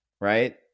right